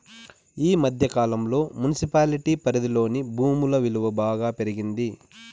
ఈ మధ్య కాలంలో మున్సిపాలిటీ పరిధిలోని భూముల విలువ బాగా పెరిగింది